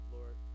Lord